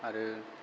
आरो